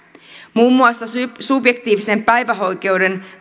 muun muassa subjektiivisen päivähoito oikeuden